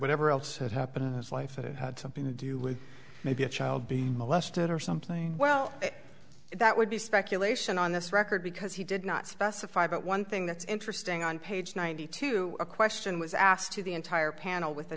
whatever else had happened in this life that it had something to do with maybe a child being molested or something well that would be speculation on this record because he did not specify but one thing that's interesting on page ninety two a question was asked to the entire panel